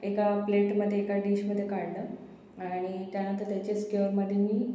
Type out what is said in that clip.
एका प्लेटमध्ये एका डिशमध्ये काढलं आणि त्यानंतर त्याचे स्क्वेएरमध्ये मी